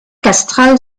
castrale